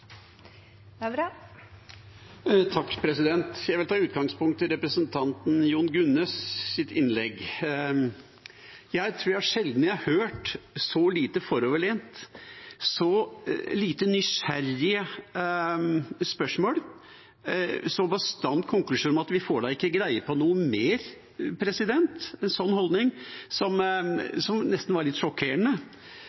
Jeg vil ta utgangspunkt i representanten Jon Gunnes’ innlegg. Jeg tror sjelden jeg har hørt noe så lite foroverlent, så få nysgjerrige spørsmål og en så bastant konklusjon om at vi får da ikke greie på noe mer – en sånn holdning.